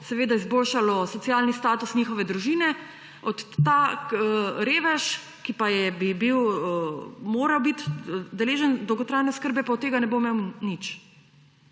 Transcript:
seveda izboljšalo socialni status njihove družine; ta revež, ki pa bi moral biti deležen dolgotrajne oskrbe, pa od tega ne bo imel nič.